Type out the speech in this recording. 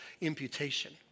imputation